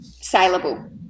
saleable